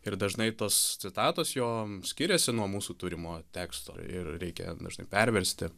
ir dažnai tos citatos jom skiriasi nuo mūsų turimo teksto ir reikia dažnai perversti